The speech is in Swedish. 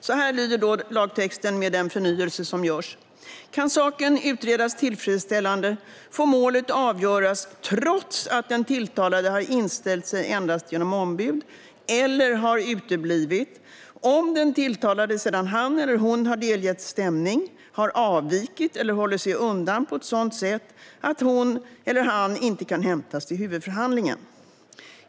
Så här lyder lagtexten med den förnyelse som görs: Kan saken utredas tillfredsställande får målet avgöras trots att den tilltalade har inställt sig endast genom ombud eller har uteblivit, om den tilltalade sedan han eller hon har delgetts stämning har avvikit eller håller sig undan på ett sådant sätt att hon eller han inte kan hämtas till huvudförhandlingen.